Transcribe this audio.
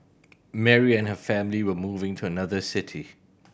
Mary and her family were moving to another city